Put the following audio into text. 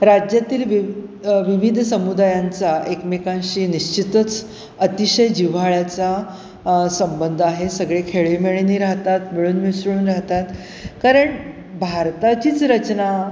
राज्यातील विवि विविध समुदायांचा एकमेकांशी निश्चितच अतिशय जिव्हाळ्याचा संबंध आहे सगळे खेळीमेळीने राहतात मिळून मिसळून राहतात कारण भारताचीच रचना